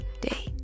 day